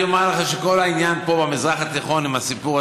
אחד יאמר לך שכל העניין פה במזרח התיכון עם הסיפור